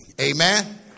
Amen